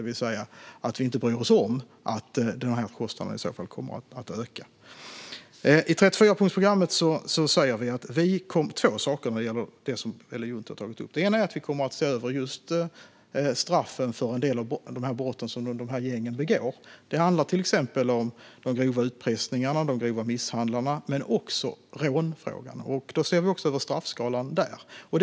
Vi skulle alltså inte bry oss om att dessa kostnader skulle öka. I 34-punktsprogrammet säger vi två saker avseende det som Ellen Juntti har tagit upp. Vi kommer att se över straffen för en del av de brott som gängen begår. Det handlar exempelvis om grov utpressning och grov misshandel men också rånfrågan. Då kommer vi att se över straffskalan för detta.